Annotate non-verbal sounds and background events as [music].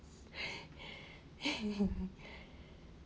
[breath] [laughs]